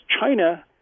China